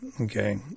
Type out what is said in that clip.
Okay